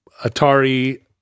Atari